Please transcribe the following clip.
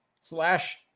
slash